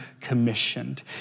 commissioned